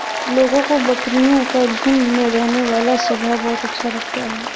लोगों को बकरियों का झुंड में रहने वाला स्वभाव बहुत अच्छा लगता है